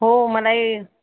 हो मलाही